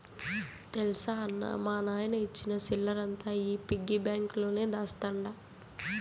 తెల్సా అన్నా, మా నాయన ఇచ్చిన సిల్లరంతా ఈ పిగ్గి బాంక్ లోనే దాస్తండ